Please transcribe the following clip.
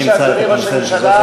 שנמצא את הקונסנזוס הזה.